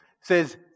says